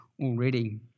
already